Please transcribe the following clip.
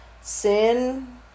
sin